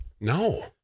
No